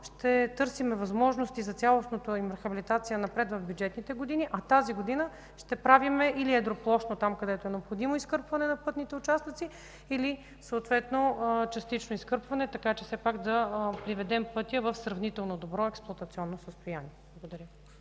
ще търсим възможности за цялостната им рехабилитация напред в бюджетните години. Тази година ще правим или едроплощно, където е необходимо, изкърпване на пътните участъци, или частично изкърпване, така че все пак да приведем пътя в сравнително добро експлоатационно състояние.